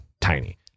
tiny